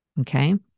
Okay